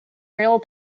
real